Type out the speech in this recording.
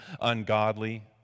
ungodly